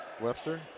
Webster